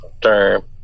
term